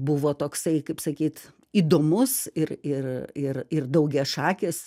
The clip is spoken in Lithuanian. buvo toksai kaip sakyt įdomus ir ir ir ir daugiašakis